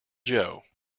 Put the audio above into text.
joe